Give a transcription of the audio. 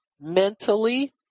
mentally